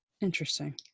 Interesting